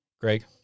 Greg